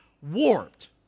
warped